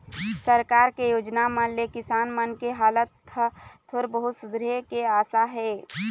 सरकार के योजना मन ले किसान मन के हालात ह थोर बहुत सुधरे के आसा हे